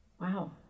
Wow